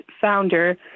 founder